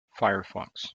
firefox